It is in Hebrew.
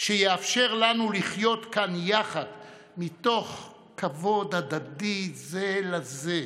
שיאפשר לנו לחיות כאן יחד מתוך כבוד הדדי זה לזה,